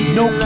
no